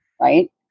Right